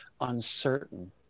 uncertain